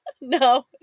No